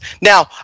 Now